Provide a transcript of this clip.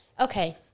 Okay